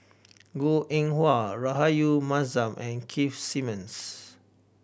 Goh Eng Wah Rahayu Mahzam and Keith Simmons